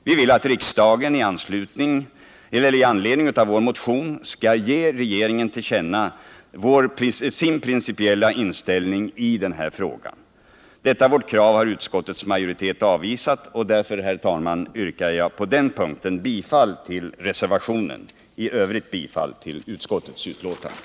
Vi vill att riksdagen i anledning av vår motion skall ge regeringen till känna sin principiella inställning i denna fråga. Detta vårt krav har utskottets majoritet avvisat, och därför yrkar jag på denna punkt bifall till reservationen. I övrigt yrkar jag bifall till utskottets hemställan.